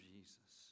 Jesus